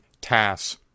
tasks